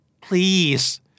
Please